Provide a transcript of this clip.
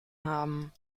haben